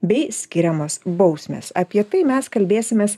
bei skiriamos bausmės apie tai mes kalbėsimės